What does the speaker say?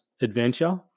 adventure